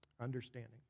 Understanding